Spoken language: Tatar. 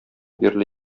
бирле